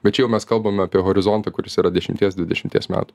bet čia jau mes kalbame apie horizontą kuris yra dešimties dvidešimties metų